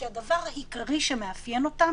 כשהדבר העיקרי שמאפיין אותם,